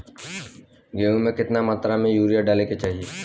गेहूँ में केतना मात्रा में यूरिया डाले के चाही?